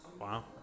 Wow